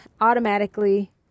automatically